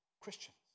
Christians